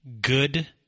good